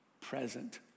present